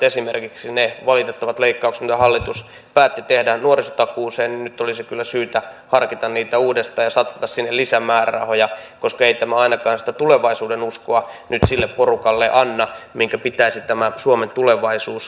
esimerkiksi niitä valitettavia leikkauksia mitä hallitus päätti tehdä nuorisotakuuseen nyt olisi kyllä syytä harkita uudestaan ja satsata sinne lisämäärärahoja koska ei tämä ainakaan sitä tulevaisuudenuskoa nyt sille porukalle anna minkä pitäisi tämä suomen tulevaisuus rakentaa